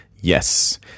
Yes